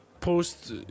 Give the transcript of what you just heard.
post